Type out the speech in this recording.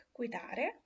guidare